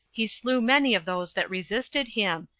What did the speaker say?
he slew many of those that resisted him,